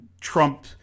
Trump